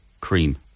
cream